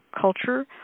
culture